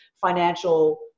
financial